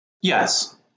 Yes